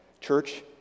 Church